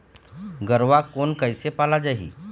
गरवा कोन कइसे पाला जाही?